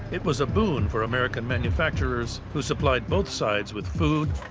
it was a boon for american manufacturers, who supplied both sides with food,